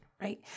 right